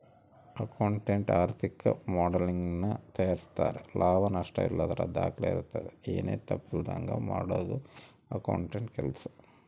accountant ಆರ್ಥಿಕ ಮಾಡೆಲಿಂಗನ್ನ ತಯಾರಿಸ್ತಾರೆ ಲಾಭ ನಷ್ಟಯಲ್ಲದರ ದಾಖಲೆ ಇರ್ತತೆ, ಏನು ತಪ್ಪಿಲ್ಲದಂಗ ಮಾಡದು ಅಕೌಂಟೆಂಟ್ನ ಕೆಲ್ಸ